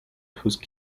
whose